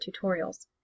tutorials